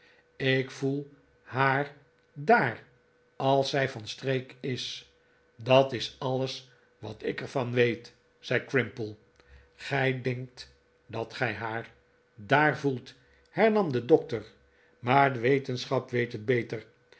ik voel haar daar als zij van streek is dat is alles wat ik er van weet zei crimple gij denkt dat gij haar daar voelt hernam de dokter maar de wetenschap weet het beter